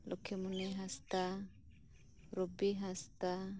ᱞᱚᱠᱠᱷᱤᱢᱩᱱᱤ ᱦᱟᱸᱥᱫᱟ ᱨᱩᱵᱤ ᱦᱟᱸᱥᱫᱟ